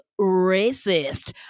racist